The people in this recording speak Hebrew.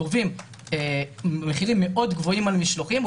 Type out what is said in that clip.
גובים מחירים מאוד גבוהים על משלוחים,